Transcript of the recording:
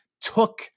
took